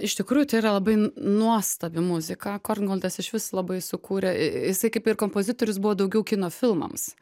iš tikrųjų tai yra labai n nuostabi muzika korngoldas išvis labai sukūrė jisai kaip ir kompozitorius buvo daugiau kino filmams